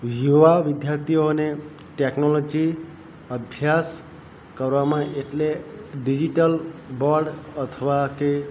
યુવા વિદ્યાર્થીઓને ટેક્નોલોજી અભ્યાસ કરવામાં એટલે ડિજિટલ બોર્ડ અથવા કે